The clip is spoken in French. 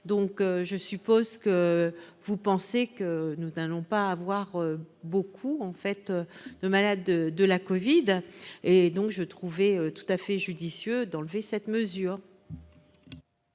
je suppose que vous pensez que nous allons pas avoir beaucoup en fait de malades de la Covid et donc je trouvais tout à fait judicieux d'enlever cette mesure.